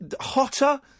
Hotter